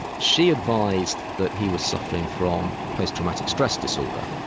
she advised that he was suffering from post-traumatic stress disorder.